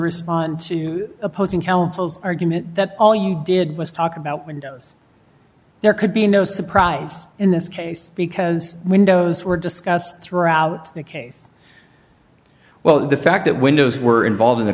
respond to opposing counsel's argument that all you did was talk about windows there could be no surprise in this case because windows were discussed throughout the case well the fact that windows were involved in the